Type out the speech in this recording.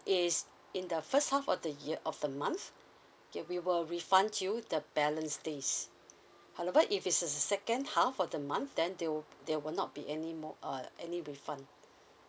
is in the first half of the yea~ of the month okay we will refund you the balance days however if it's a second half of the month then they will they will not be anymore uh any refund